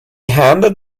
handed